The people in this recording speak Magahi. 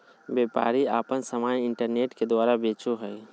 व्यापारी आपन समान इन्टरनेट के द्वारा बेचो हइ